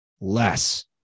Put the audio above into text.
less